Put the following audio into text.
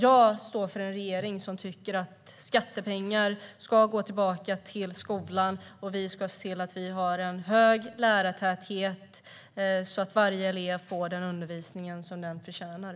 Jag står för en regering som tycker att skattepengar ska gå tillbaka till skolan. Vi ska se till att vi har en hög lärartäthet så att varje elev får den undervisning den förtjänar.